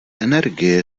energie